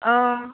অঁ